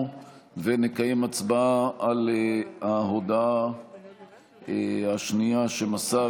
ונקיים הצבעה על ההודעה השנייה שמסר,